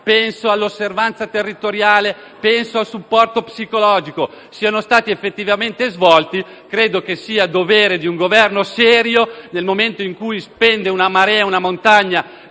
all'osservanza territoriale e al supporto psicologico) siano stati effettivamente svolti. Credo che sia dovere di un Governo serio, nel momento in cui spende una marea o una montagna